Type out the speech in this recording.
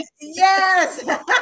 Yes